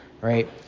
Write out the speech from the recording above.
right